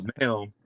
now